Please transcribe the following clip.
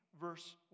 Verse